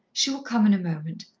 she will come in a moment.